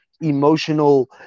emotional